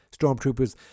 stormtroopers